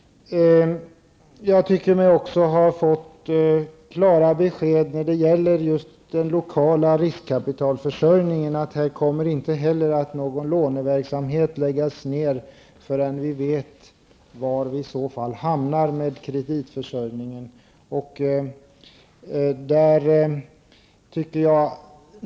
Jag tycker mig också ha fått klara besked när det gäller just den lokala riskkapitalförsörjningen, att låneverksamheten inte kommer att läggas ned förrän vi vet var vi i så fall hamnar med kreditförsörjningen.